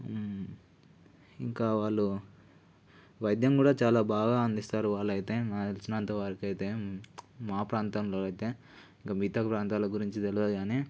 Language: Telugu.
ఇంకా వాళ్ళు వైద్యం కూడా చాలా బాగా అందిస్తారు వాళ్ళు అయితే నాకు తెలిసినంతవరకు అయితే మా ప్రాంతంలో అయితే ఇక మిగతా ప్రాంతాలు గురించి తెలియదు కానీ